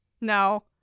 No